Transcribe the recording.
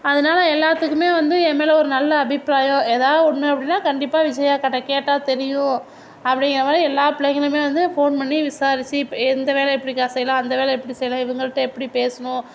அதனால் எல்லாத்துக்குமே வந்து என் மேலே ஒரு நல்ல அபிப்ராயம் எதாவது ஒன்னு அப்படின்னா கண்டிப்பாக விஜயா அக்காகிட்ட கேட்டா தெரியும் அப்படிங்குறமாரி எல்லா பிள்ளைங்களுமே வந்து ஃபோன் பண்ணி விசாரிச்சு இப்போ இந்த வேலை எப்படிக்கா செய்லாம் அந்த வேலை எப்படி செய்யலாம் இவங்கள்ட்ட எப்படி பேசுணும்